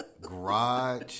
garage